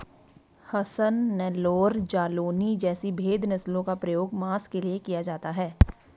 हसन, नेल्लौर, जालौनी जैसी भेद नस्लों का प्रयोग मांस के लिए किया जाता है